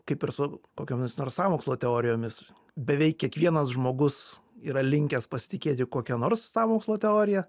kaip ir su kokiomis nors sąmokslo teorijomis beveik kiekvienas žmogus yra linkęs pasitikėti kokia nors sąmokslo teorija